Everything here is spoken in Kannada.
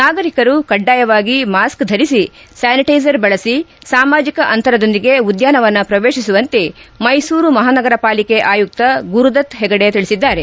ನಾಗರಿಕರು ಕಡ್ಡಾಯವಾಗಿ ಮಾಸ್ಕ್ ಧರಿಸಿ ಸ್ಥಾನಿಟ್ಟೆಸರ್ ಬಳಸಿ ಸಾಮಾಜಿಕ ಅಂತರದೊಂದಿಗೆ ಉದ್ಘಾನವನ ಪ್ರವೇತಿಸುವಂತೆ ಮೈಸೂರು ಮಹಾನಗರ ಪಾಲಿಕೆ ಆಯುಕ್ತ ಗುರುದತ್ ಹೆಗಡೆ ತಿಳಿಸಿದ್ದಾರೆ